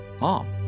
mom